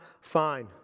fine